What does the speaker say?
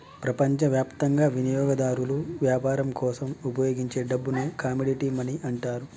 ప్రపంచవ్యాప్తంగా వినియోగదారులు వ్యాపారం కోసం ఉపయోగించే డబ్బుని కమోడిటీ మనీ అంటారు